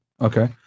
Okay